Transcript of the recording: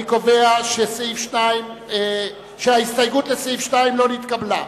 אני קובע שהסתייגות לסעיף 2 לא נתקבלה.